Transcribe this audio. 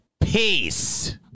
peace